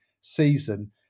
season